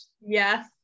yes